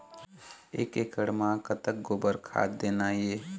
एक एकड़ म कतक गोबर खाद देना ये?